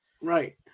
right